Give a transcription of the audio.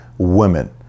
women